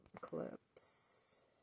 clips